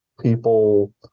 people